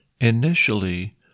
Initially